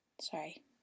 sorry